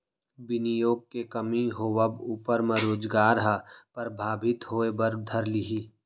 बिनियोग के कमी होवब ऊपर म रोजगार ह परभाबित होय बर धर लिही